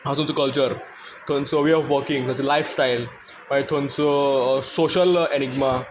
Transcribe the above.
हांव थंयचो कल्चर थंयचो वे ऑफ वर्किंग थंयचो लायफस्टायल मागीर थंयचो सोशियल एडिग्मा